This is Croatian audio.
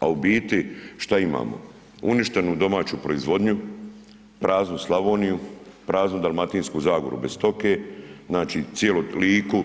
a u biti šta imamo uništenu domaću proizvodnju, praznu Slavoniju, praznu Dalmatinsku zagoru, bez stoke, znači cijelu Liku.